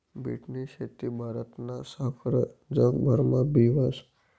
बीटनी शेती भारतना सारखस जगभरमा बी व्हस